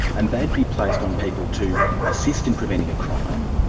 and they'd be placed on people to assist in preventing a crime,